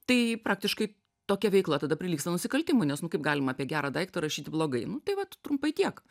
tai praktiškai tokia veikla tada prilygsta nusikaltimui nes nu kaip galima apie gerą daiktą rašyti blogai nu tai vat trumpai tiek